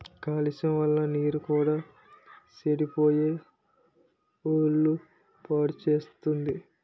కాలుష్యం వల్ల నీరు కూడా సెడిపోయి ఒళ్ళు పాడుసేత్తుంది